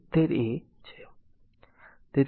70a છે